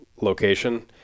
location